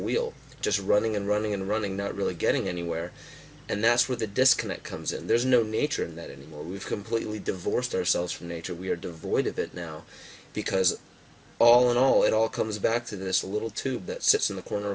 wheel just running and running and running not really getting anywhere and that's where the disconnect comes and there's no nature in that anymore we've completely divorced ourselves from nature we are devoid of it now because all in all it all comes back to this little tube that sits in the corner